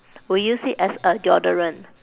we use it as a deodorant